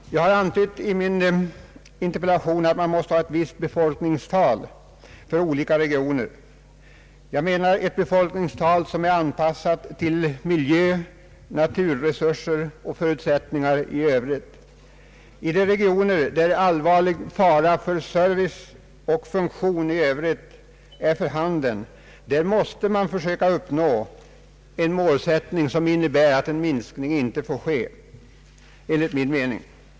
Jag har i min interpellation antytt att man måste ha ett visst befolkningstal för olika regioner. Jag avser därmed ett befolkningstal som är anpassat till mil jö, naturresurser och förutsättningar i övrigt. I de regioner där allvarlig fara för service och samhällsfunktioner i övrigt är för handen måste man försöka uppnå en målsättning som innebär att en minskning inte får ske.